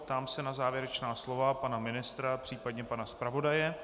Ptám se na závěrečná slovo pana ministra, případně pana zpravodaje.